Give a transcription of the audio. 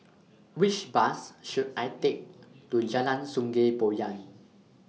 Which Bus should I Take to Jalan Sungei Poyan